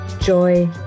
joy